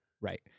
right